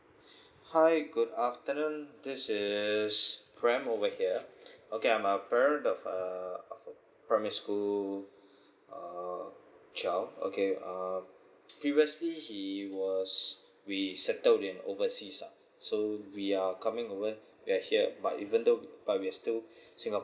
hi good afternoon this is prem over here okay I'm a parent of a uh primary school uh twelve okay um previously he was we settled in overseas lah so we are coming over right here but even though um but we're still singaporean